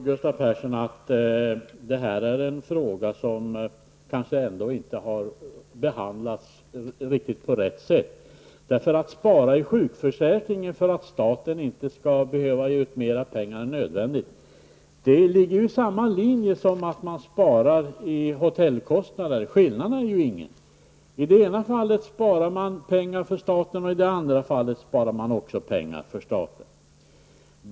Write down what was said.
Herr talman! Jag tror, Gustav Persson, att frågan om nattraktamentena inte har behandlats riktigt på rätt sätt. Att spara i sjukförsäkringen för att staten inte skall behöva ge ut mera pengar än nödvändigt ligger i linje med att man sparar hotellkostnader. Skillnaden är ju ingen. I det ena fallet sparar man pengar för staten och i det andra fallet sparar man också pengar för staten.